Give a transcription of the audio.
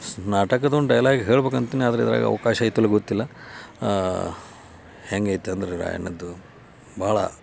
ನಾಟಕದ ಒಂದು ಡೈಲಾಗ್ ಹೇಳ್ಬೇಕು ಅಂತಲೇ ಆದ್ರೆ ಇದ್ರಾಗ ಅವಕಾಶ ಐತೆ ಇಲ್ಲವೋ ಗೊತ್ತಿಲ್ಲ ಹೆಂಗೆ ಐತೆ ಅಂದ್ರೆ ರಾಯಣ್ಣಂದು ಭಾಳ